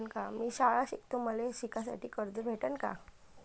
मी शाळा शिकतो, मले शिकासाठी कर्ज भेटन का?